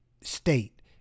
state